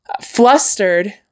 flustered